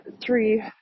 three